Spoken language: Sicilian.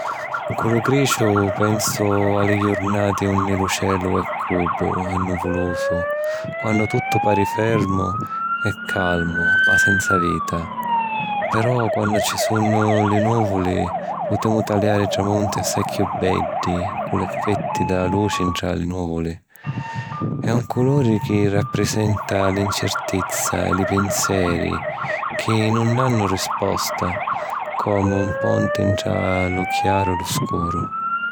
Cu lu griciu pensu a li jurnati unni lu celu è cupu e nuvulusu, quannu tuttu pari fermu e calmu ma senza vita. Però quannu ci sunnu li nùvuli putemu taliari tramunti assai chiù beddi cu l'effetti di la luci ntra li nùvuli. È un culuri chi rapprisenta l’incirtizza e li pinseri chi nun hannu risposta, comu un ponti ntra lu chiaru e lu scuru.